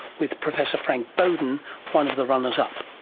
with professor frank bowden one of the runners-up.